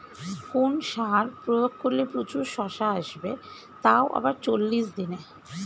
কোন সার প্রয়োগ করলে প্রচুর শশা আসবে তাও আবার চল্লিশ দিনে?